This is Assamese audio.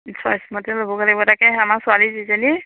ছয়চমতে ল'বগে লাগিব তাকে আমাৰ ছোৱালী যিজনী